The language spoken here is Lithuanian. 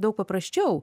daug paprasčiau